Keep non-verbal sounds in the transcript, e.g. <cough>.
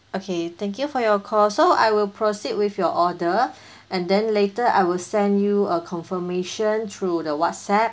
okay thank you for your call so I will proceed with your order <breath> and then later I will send you a confirmation through the WhatsApp